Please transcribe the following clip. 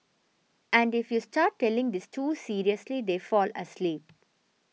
and if you start telling this too seriously they fall asleep